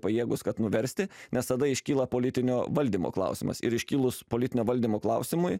pajėgūs kad nuversti nes tada iškyla politinio valdymo klausimas ir iškilus politinio valdymo klausimui